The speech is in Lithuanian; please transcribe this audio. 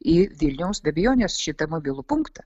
į vilniaus be abejonės šitą mobilų punktą